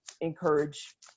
encourage